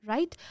Right